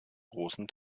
großen